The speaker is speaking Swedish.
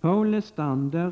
Herr